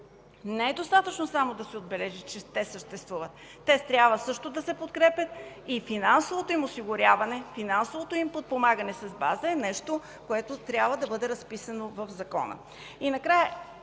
Не е достатъчно само да се отбележи, че те съществуват. Те трябва също да се подкрепят, и финансовото им осигуряване, финансовото им подпомагане с база е нещо, което трябва да бъде разписано в закона.